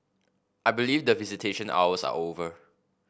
I believe that visitation hours are over